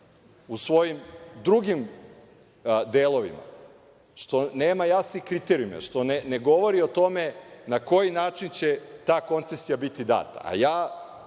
u svojim drugim delovima što nema jasnih kriterijuma, što ne govori o tome na koji način će ta koncesija biti data. Ja